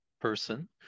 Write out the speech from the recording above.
person